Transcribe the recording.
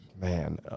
Man